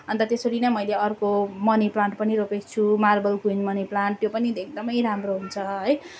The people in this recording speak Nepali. अन्त त्यसरी नै मैले अर्को मनी प्लान्ट पनि रोपेको छु मार्बल क्विन मनी प्लान्ट त्यो पनि एकदमै राम्रो हुन्छ